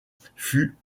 fut